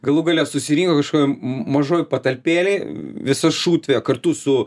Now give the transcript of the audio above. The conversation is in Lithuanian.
galų gale susirinko kažkokioj mažoj patalpėlėj visa šutvė kartu su